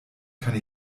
kann